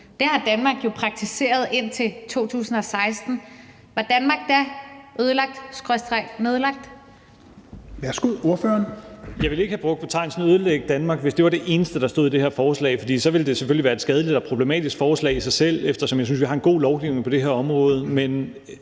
Petersen): Værsgo, ordføreren. Kl. 13:24 Rasmus Stoklund (S): Jeg ville ikke have brugt betegnelsen at ødelægge Danmark, hvis det var det eneste, der stod i det her forslag, for så ville det selvfølgelig være et skadeligt og problematisk forslag i sig selv, eftersom jeg synes, at vi har en god lovgivning på det her område.